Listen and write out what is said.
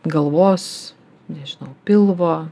galvos nežinau pilvo